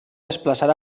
desplaçar